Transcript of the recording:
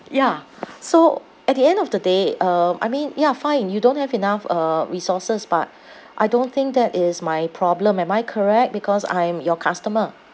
ya so at the end of the day um I mean ya fine you don't have enough uh resources but I don't think that is my problem am I correct because I'm your customer